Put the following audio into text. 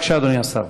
בבקשה, אדוני השר.